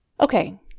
Okay